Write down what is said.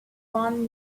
run